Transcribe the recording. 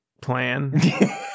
plan